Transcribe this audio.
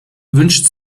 wünscht